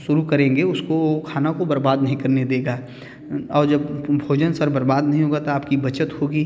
उसको खाना को बरबाद नहीं करने देगा और जब भोजन सर बरबाद नहीं होगा तो आपकी बचत होगी